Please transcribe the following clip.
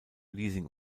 leasing